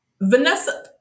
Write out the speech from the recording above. Vanessa